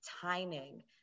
timing